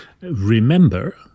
Remember